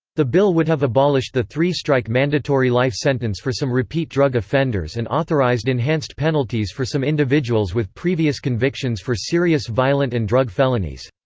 the bill would have abolished the three-strike mandatory life sentence for some repeat drug offenders and authorized enhanced penalties for some individuals with previous convictions for serious violent and drug felonies.